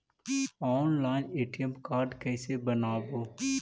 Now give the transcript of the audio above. Online ATM card कैसे बनाबौ?